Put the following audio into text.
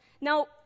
Now